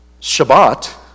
Shabbat